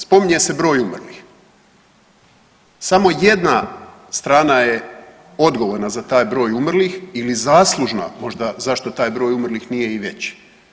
Spominje se broj umrlih, smo jedna strana je odgovorna za taj broj umrlih ili zaslužna možda zašto taj broj umrlih nije i veći.